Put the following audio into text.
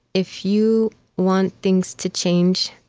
if you want things to change,